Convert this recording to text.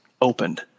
opened